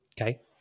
okay